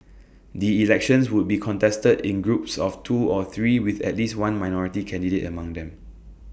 the elections would be contested in groups of two or three with at least one minority candidate among them